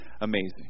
amazing